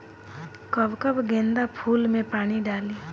कब कब गेंदा फुल में पानी डाली?